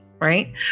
right